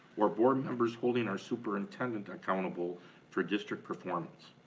or board members holding our superintendent accountable for district performance.